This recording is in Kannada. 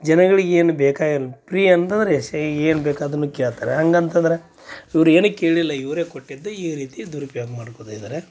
ಜನಗಳಿಗೆ ಏನು ಬೇಕಾಗಿಲ್ಲ ಪ್ರೀ ಅಂತಂದರೆ ಎಶ್ಶಾಗಿ ಏನ್ ಬೇಕ್ ಅದನ್ನು ಕೇಳ್ತರ ಹಾಗಂತಂದ್ರ ಇವ್ರು ಏನಕ್ಕೆ ಕೇಳಲಿಲ್ಲ ಇವರೆ ಕೊಟ್ಟಿದ್ದು ಈ ರೀತಿ ದುರುಪಯೋಗ ಮಾಡ್ಕೊಳ್ತಾ ಇದ್ದಾರೆ